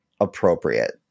appropriate